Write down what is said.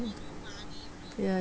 ya